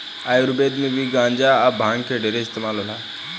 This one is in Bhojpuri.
आयुर्वेद मे भी गांजा आ भांग के ढेरे इस्तमाल होला